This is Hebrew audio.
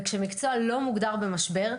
וכשמקצוע לא מוגדר במשבר,